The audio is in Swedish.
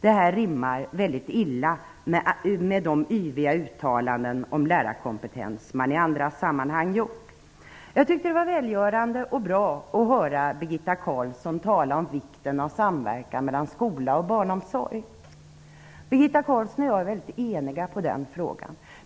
Det här rimmar illa med de yviga uttalanden om lärarkompetens som man i andra sammanhang har gjort. Jag tyckte det var välgörande och bra att höra Birgitta Carlsson tala om vikten av samverkan mellan skola och barnomsorg. Birgitta Carlsson och jag är eniga i den frågan.